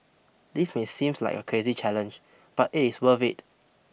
this may seems like a crazy challenge but it is worth it